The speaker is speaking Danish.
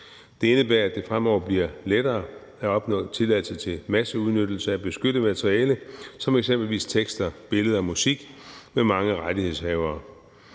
Det indebærer, at det fremover bliver lettere at opnå tilladelser til masseudnyttelse af beskyttet materiale som eksempelvis tekster, billeder og musik med mange rettighedshavere.